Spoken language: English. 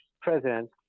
president